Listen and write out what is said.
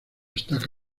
stack